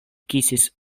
kisis